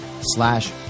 slash